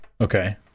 Okay